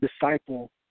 disciple